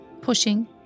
pushing